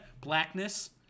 Blackness